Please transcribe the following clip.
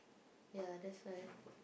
ya that's why